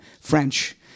French